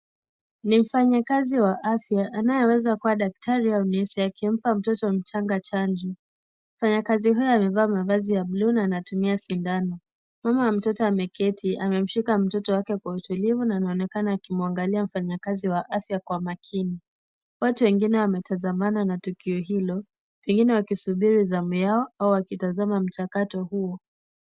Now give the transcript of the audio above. Ni mfanyakazi wa afya anayeweza kuwa daktari akimpa mtoto mchanga chanjo ,mfanyakazi huyo amevaa mavazi ya buluu na anatumia sindano, mama ya mtoto ameketi amemshika mtoto wake kwa utulivu na anaonekana kumwangaia mfanyakazi wa afya kwa umakini watu wengine wametazamana na tukio hilo wengine wakisubiri zamu yao au wakitazama mchakato huo.